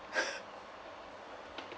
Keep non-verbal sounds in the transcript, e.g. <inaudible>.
<laughs>